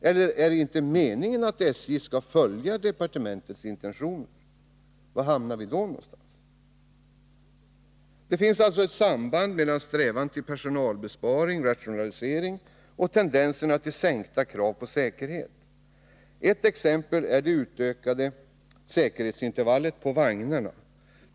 Eller är det inte meningen att SJ skall följa departementets intentioner? Var hamnar vi i så fall? Det finns alltså ett samband mellan strävan till personalbesparing och rationalisering och tendenserna till sänkta krav på säkerhet. Ett exempel är det utökade säkerhetsintervallet på vagnarna.